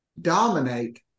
dominate